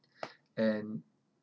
and